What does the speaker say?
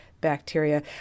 bacteria